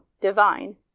divine